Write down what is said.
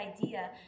idea